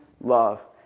love